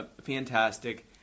fantastic